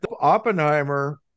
Oppenheimer